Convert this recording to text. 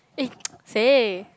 eh say